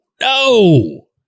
no